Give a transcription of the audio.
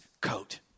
Coat